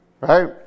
right